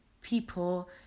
people